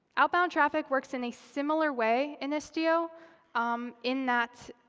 outbound traffic works in a similar way in istio um in that